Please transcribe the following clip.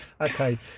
Okay